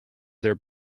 their